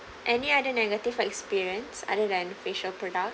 any other negative experience other than facial products